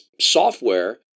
software